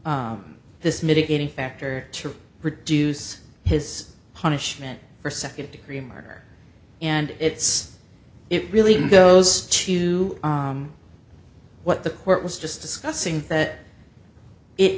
this mitigating factor to reduce his punishment for second degree murder and it's it really goes to what the court was just discussing that it